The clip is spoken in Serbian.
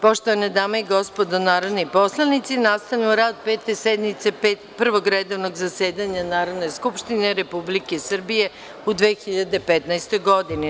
Poštovane dame i gospodo narodni poslanici, nastavljamo rad Pete sednice Prvog redovnog zasedanja Narodne skupštine Republike Srbije u 2015. godini.